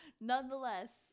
Nonetheless